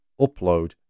upload